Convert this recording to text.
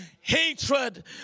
hatred